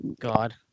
God